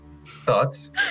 thoughts